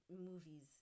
movies